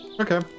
okay